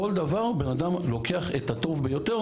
כל דבר בן אדם לוקח את הטוב ביותר.